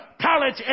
college